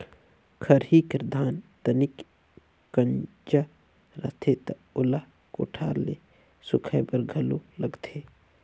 खरही कर धान तनिक कइंचा रथे त ओला कोठार मे सुखाए बर घलो लगथे